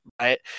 right